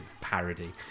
parody